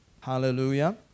Hallelujah